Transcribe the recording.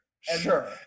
Sure